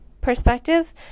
perspective